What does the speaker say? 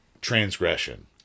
transgression